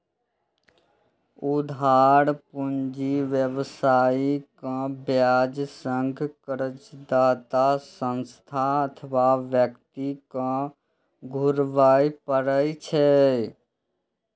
उधार पूंजी व्यवसायी कें ब्याज संग कर्जदाता संस्था अथवा व्यक्ति कें घुरबय पड़ै छै